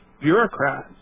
bureaucrats